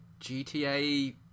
GTA